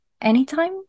anytime